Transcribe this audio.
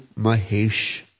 Mahesh